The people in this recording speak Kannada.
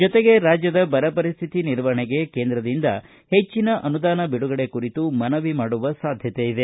ಜತೆಗೆ ರಾಜ್ಯದ ಬರ ಪರಿಸ್ಟಿತಿ ನಿರ್ವಹಣೆಗೆ ಕೇಂದ್ರದಿಂದ ಹೆಚ್ಚಿನ ಅನುದಾನ ಬಿಡುಗಡೆ ಕುರಿತು ಮನವಿ ಮಾಡುವ ಸಾಧ್ಯತೆ ಇದೆ